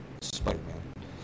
Spider-Man